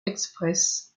express